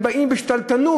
הם באים בשתלטנות.